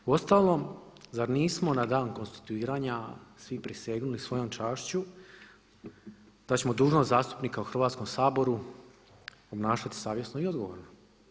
Uostalom, zar nismo na dan konstituiranja svi prisegnuli svojom čašću da ćemo dužnost zastupnika u Hrvatskom saboru obnašati savjesno i odgovorno.